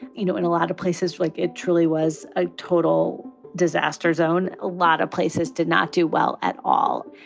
you know, in a lot of places, like it truly was a total disaster zone. a lot of places did not do well at all.